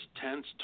tense